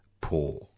poor